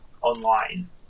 online